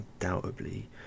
undoubtedly